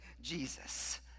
Jesus